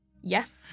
Yes